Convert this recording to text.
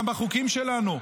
גם בחוקים שלנו,